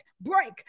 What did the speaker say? break